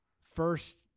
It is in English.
First